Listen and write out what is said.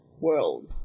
world